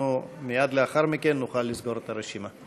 מייד לאחר מכן נוכל לסגור את הרשימה.